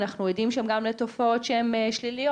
אנחנו עדים שם גם לתופעות שהן שליליות,